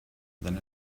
then